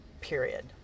period